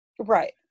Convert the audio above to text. Right